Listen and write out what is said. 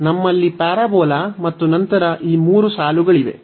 ನಮ್ಮಲ್ಲಿ ಪ್ಯಾರಾಬೋಲಾ ಮತ್ತು ನಂತರ ಈ ಮೂರು ಸಾಲುಗಳಿವೆ